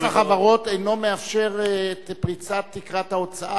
מס החברות אינו מאפשר את פריצת תקרת ההוצאה,